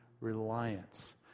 reliance